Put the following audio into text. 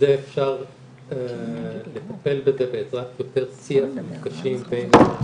אפשר לטפל בזה בעזרת יותר שיח ומפגשים בין